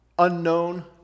unknown